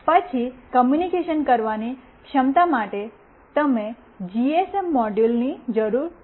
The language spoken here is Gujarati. પછી કૉમ્યૂનિકેશન કરવાની ક્ષમતા માટે તમારે જીએસએમ મોડ્યુલની જરૂર પડશે